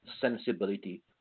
sensibility